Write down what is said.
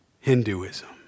Hinduism